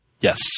Yes